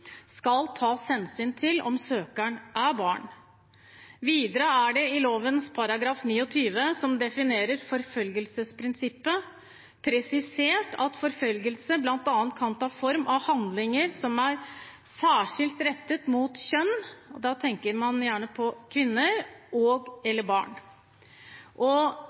skal tas hensyn til om søkeren er barn. Videre er det i lovens § 29, som definerer forfølgelsesprinsippet, presisert at forfølgelse bl.a. kan ta form av handlinger som er særskilt rettet mot kjønn – da tenker man gjerne på kvinner – og/eller barn. Utlendingsdirektoratet og